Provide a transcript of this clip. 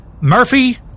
Murphy